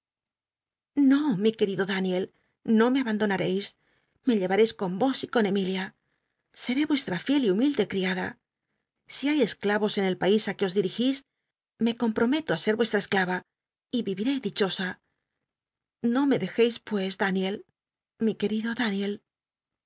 no mi qncriolo daniel no me abanclona me llevaeis con vos y con ernilia scé vuestra riel y humilde criada si hay csclmos en el país i que os diigis me compromcto ti ser rucstm esclava y riviré dichosa no me dcjcis pues daniel mi querido